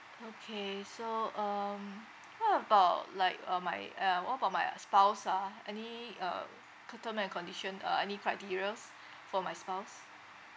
okay so um what about like uh my uh what about my spouse ah any uh co~ term and condition uh any criterias for my spouse